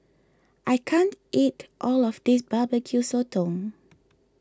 I can't eat all of this Barbecue Sotong